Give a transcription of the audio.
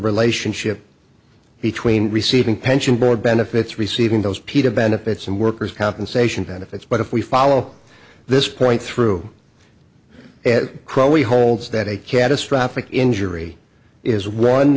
relationship between receiving pension board benefits receiving those peta benefits and workers compensation benefits but if we follow this point through crawl we holds that a catastrophic injury is